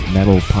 Metal